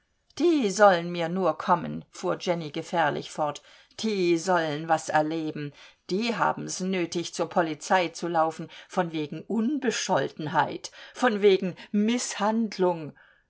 die sollen mir nur kommen fuhr jenny gefährlich fort die sollen was erleben die haben's nötig zur polizei zu laufen von wegen unbescholtenheit von wegen mißhandlung